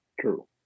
True